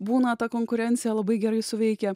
būna ta konkurencija labai gerai suveikia